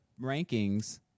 rankings